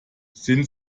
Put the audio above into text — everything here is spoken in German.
sind